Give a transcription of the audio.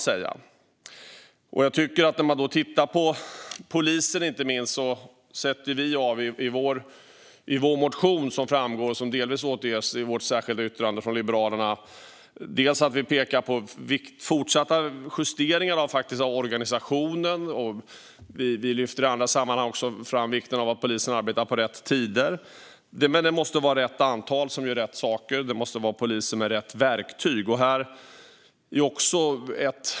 Vad gäller polisen kan man i Liberalernas motion - och delvis i vårt särskilda yttrande - se att vi vill göra fortsatta justeringar av organisationen. Vi lyfter i andra sammanhang också upp att det är viktigt att polisen arbetar på rätt tider. Det måste vara rätt antal som gör rätt saker. Vi måste ha poliser med rätt verktyg.